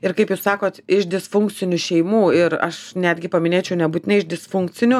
ir kaip jūs sakot iš disfunkcinių šeimų ir aš netgi paminėčiau nebūtinai iš disfunkcinių